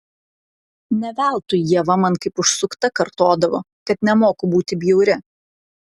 ne veltui ieva man kaip užsukta kartodavo kad nemoku būti bjauri